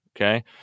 Okay